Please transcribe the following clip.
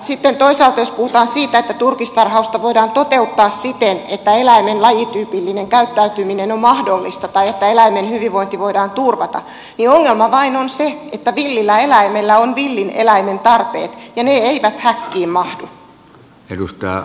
sitten toisaalta jos puhutaan siitä että turkistarhausta voidaan toteuttaa siten että eläimen lajityypillinen käyttäytyminen on mahdollista tai että eläimen hyvinvointi voidaan turvata niin ongelma vain on se että villillä eläimellä on villin eläimen tarpeet ja ne eivät häkkiin mahdu